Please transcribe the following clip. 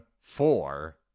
four